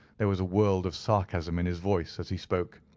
there was a world of sarcasm in his voice as he spoke.